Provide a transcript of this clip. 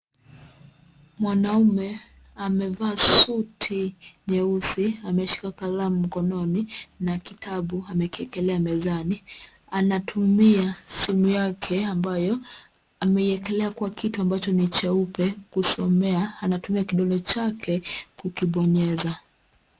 Mwanaume amevaa suti nyeusi amevaa nyeusi ameshika kalamu mkononi na kitabu amekiekelea mezani anatumia simu yake ambayo ameiekelea kwa kitu ambacho ni cheupe kusomea. Anatumia kidole chake kukibonyeza.